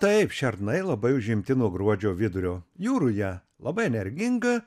taip šernai labai užimti nuo gruodžio vidurio jų ruja labai energinga